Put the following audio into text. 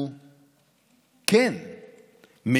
22 בעד, 61 נגד, אין